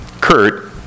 Kurt